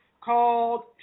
called